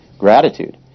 gratitude